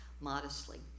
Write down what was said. modestly